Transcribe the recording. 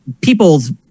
people's